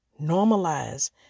Normalize